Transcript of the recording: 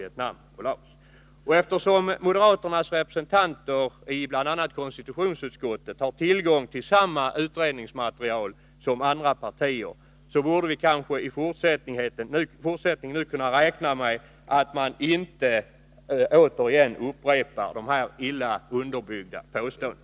Eftersom moderaternas representanter i bl.a. konstitutionsutskottet har tillgång till samma utredningsmaterial som andra partier borde vi i fortsättningen kunna räkna med att de inte upprepar dessa illa underbyggda påståenden.